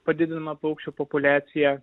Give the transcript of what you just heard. padidinama paukščių populiacija